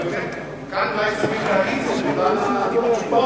כאן אולי צריך להאיץ את מגוון השיטות.